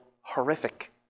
horrific